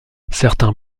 certains